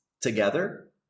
together